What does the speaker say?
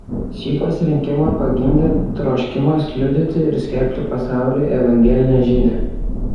šį pasirinkimą pagimdė troškimas liudyti ir skelbti pasauliui evangelinę žinią